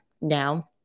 now